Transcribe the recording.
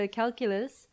calculus